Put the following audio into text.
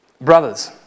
Brothers